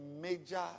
major